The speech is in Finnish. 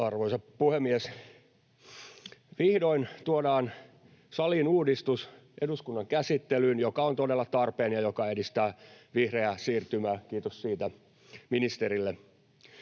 Arvoisa puhemies! Vihdoin tuodaan saliin eduskunnan käsittelyyn uudistus, joka on todella tarpeen ja joka edistää vihreää siirtymää. Kiitos siitä ministerille.